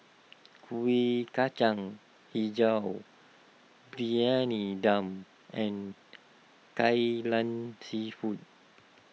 Kuih Kacang HiJau Briyani Dum and Kai Lan Seafood